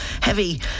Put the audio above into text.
heavy